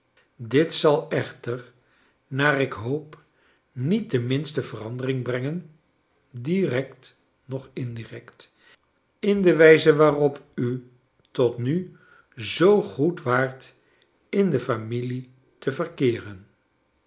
dit zal echter naar ik hoop niet de minste verandering brengen direct noch indirect in de wijze waarop u tot nu zoo goed waart in de familie te verkeeren